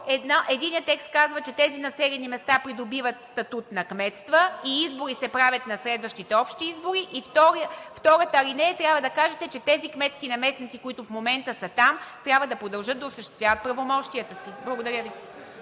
единият текст казва, че тези населени места придобиват статут на кметства и избори се правят на следващите общи избори и във втората алинея трябва да кажете, че тези кметски наместници, които в момента са там, трябва да продължат да осъществяват правомощията си. Благодаря Ви.